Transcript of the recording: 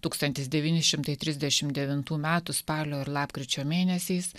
tūkstantis devyni šimtai trisdešim devintų metų spalio ir lapkričio mėnesiais